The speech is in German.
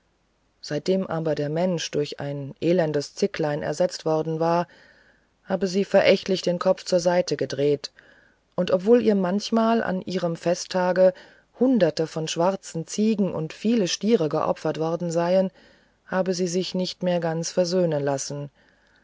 seitdem aber der mensch durch ein elendes zicklein ersetzt worden war habe sie verächtlich den kopf zur seite gedreht und obwohl ihr manchmal an ihrem festtage hunderte von schwarzen ziegen und viele stiere geopfert worden seien habe sie sich nicht mehr ganz versöhnen lassen